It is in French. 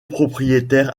propriétaire